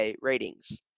ratings